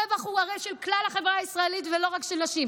הרי הרווח הוא של כלל החברה הישראלית ולא רק של נשים,